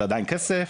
זה עדיין כסף,